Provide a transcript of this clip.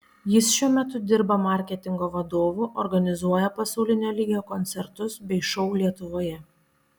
jis šiuo metu dirba marketingo vadovu organizuoja pasaulinio lygio koncertus bei šou lietuvoje